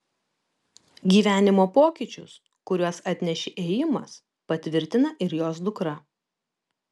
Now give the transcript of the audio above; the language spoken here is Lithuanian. gyvenimo pokyčius kuriuos atnešė ėjimas patvirtina ir jos dukra